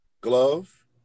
glove